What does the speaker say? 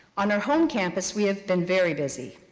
on our home campus, we have been very busy.